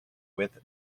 with